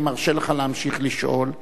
אני מרשה לך להמשיך לשאול,